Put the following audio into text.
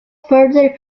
further